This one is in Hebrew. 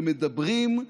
ומדברים,